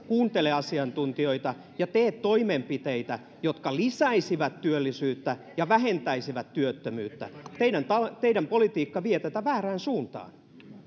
kuuntele asiantuntijoita ja tee toimenpiteitä jotka lisäisivät työllisyyttä ja vähentäisivät työttömyyttä teidän teidän politiikka vie tätä väärään suuntaan